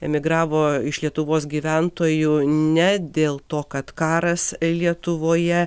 emigravo iš lietuvos gyventojų ne dėl to kad karas lietuvoje